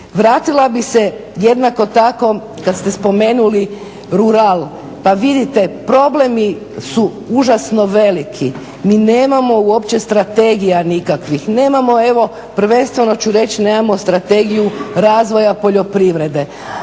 Vratila bih se jednako tako kada ste spomenuli rural, pa vidite problemi su užasno veliki mi nemamo uopće strategija nikakvih, nemamo evo, prvenstveno ću reći nemamo strategiju razvoja poljoprivrede.